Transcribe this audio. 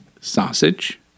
sausage